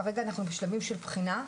כרגע אנחנו בשלבים של בחינה,